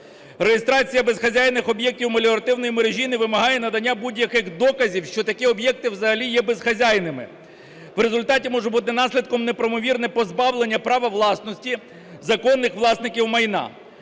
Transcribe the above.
Реєстрація безхазяйних об'єктів меліоративної мережі не вимагає надання будь-яких доказів, що такі об'єкти взагалі є безхазяйними. В результаті може бути наслідком неправомірне позбавлення права власності законних власників майна.